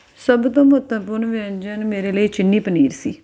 ਸਭ ਤੋਂ ਮਹੱਤਵਪੂਰਨ ਵਿਅੰਜਨ ਮੇਰੇ ਲਈ ਚਿੱਲੀ ਪਨੀਰ ਸੀ